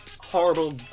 horrible